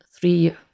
three